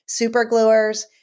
Supergluers